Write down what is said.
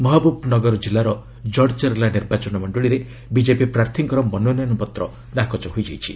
ମହବୁବ୍ନଗର ଜିଲ୍ଲାର ଜଡ଼ଚେର୍ଲା ନିର୍ବାଚନ ମଣ୍ଡଳିରେ ବିଜେପି ପ୍ରାର୍ଥୀଙ୍କର ମନୋନୟନ ପତ୍ର ନାକଚ ହୋଇଯାଇଛି